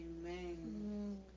Amen